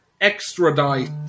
extradite